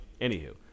anywho